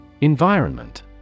Environment